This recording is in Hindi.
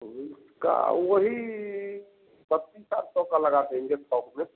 उसका वही बत्तीस सात सौ का लगा देंगे थौक में